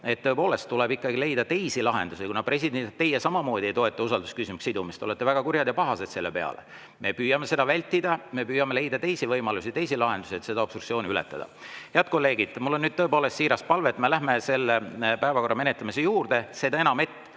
tõepoolest tuleb ikkagi leida teisi lahendusi, ja kuna teie samamoodi ei toeta usaldusküsimusega sidumist, te olete väga kurjad ja pahased selle peale, me püüame seda vältida, püüame leida teisi võimalusi, teisi lahendusi, et obstruktsiooni ületada. Head kolleegid, mul on tõepoolest siiras palve, et läheme päevakorra menetlemise juurde, seda enam,